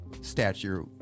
Statue